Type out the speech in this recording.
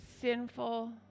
sinful